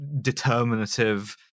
determinative